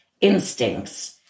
instincts